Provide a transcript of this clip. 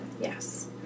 Yes